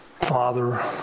Father